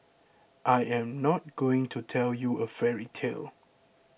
I am not going to tell you a fairy tale